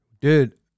Dude